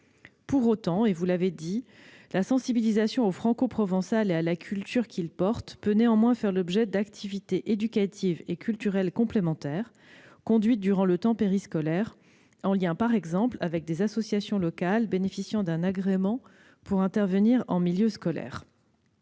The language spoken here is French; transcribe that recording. Pour autant, et vous l'avez souligné, la sensibilisation au francoprovençal et à la culture qu'il porte peut faire l'objet d'activités éducatives et culturelles complémentaires conduites durant le temps périscolaire en lien, par exemple, avec des associations locales bénéficiant d'un agrément pour intervenir en milieu scolaire.